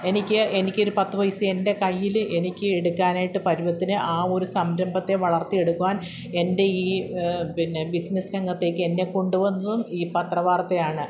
എനിക്ക് എനിക്കൊരു പത്തു പൈസ എൻ്റെ കയ്യിൽ എനിക്ക് എടുക്കാനായിട്ട് പരുവത്തിന് ആ ഒരു സംരംഭത്തെ വളർത്തി എടുക്കുവാൻ എൻ്റെ ഈ പിന്നെ ബിസിനസ്സ് രംഗത്തേക്ക് എന്നെ കൊണ്ടുവന്നതും ഈ പത്ര വാർത്തയാണ്